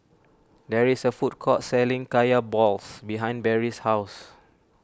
there is a food court selling Kaya Balls behind Barry's house